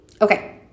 okay